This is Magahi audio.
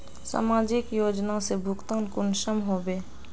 समाजिक योजना से भुगतान कुंसम होबे?